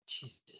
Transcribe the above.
Jesus